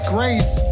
Grace